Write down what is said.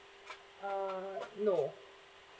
uh no